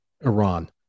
Iran